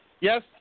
Yes